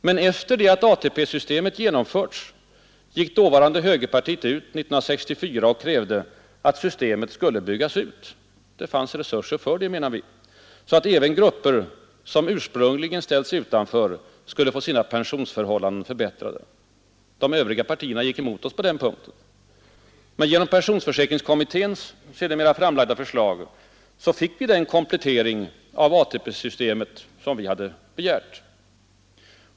Men efter det att ATP-systemet genomförts gick dåvarande högerpartiet ut år 1964 och krävde att systemet skulle byggas ut — det fanns resurser för det, menade vi — så att även grupper som ursprungligen ställts utanför skulle få sina pensionsförhållanden förbättrade. De övriga partierna gick emot oss på den punkten. Men genom pensionsförsäkringskommitténs sedermera framlagda förslag gjordes den komplettering av ATP-systemet som vi hade begärt.